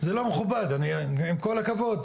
זה לא מכובד, עם כל הכבוד.